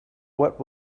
what